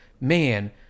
man